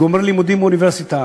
גומרים לימודים באוניברסיטה,